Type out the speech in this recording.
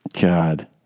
God